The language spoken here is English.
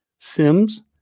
Sims